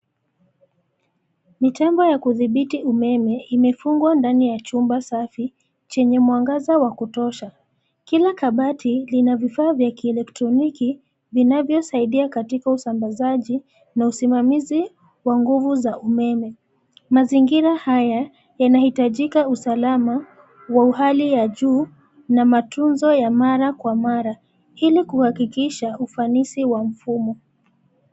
Mitambo ya kudhibiti umeme imefungwa ndani ya chumba safi, chenye mwangaza wa kutosha, kila kabati lina vifaa vya kielektroniki, vinavyosaidia katika usambazaji, na usimamizi, wa nguvu za umeme, mazingira haya, yanahitajika usalama, wa uhali ya juu, na matunzo ya mara kwa mara, ilikuhakikisha ufanisi wa mfumo.